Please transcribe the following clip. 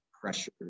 pressure